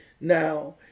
Now